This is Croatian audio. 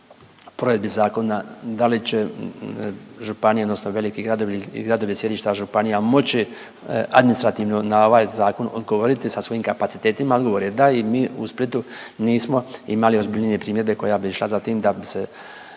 provedbi zakona da li će županije odnosno veliki gradovi i gradovi sjedišta županija moći administrativno na ovaj zakon odgovoriti sa svojim kapacitetima, odgovor je da i mi u Splitu nismo imali ozbiljnije primjedbe koja bi išla za tim da bi se